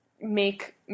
make